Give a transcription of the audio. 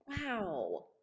Wow